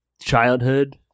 childhood